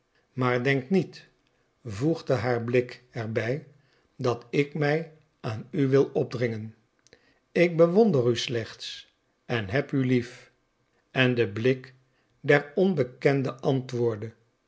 maar denk niet voegde haar blik er bij dat ik mij aan u wil opdringen ik bewonder u slechts en heb u lief en de blik der onbekende antwoordde